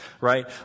Right